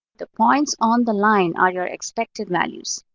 the points on the line are your expected values,